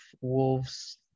Wolves